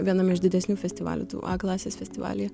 viename iš didesnių festivalių tų a klasės festivalyje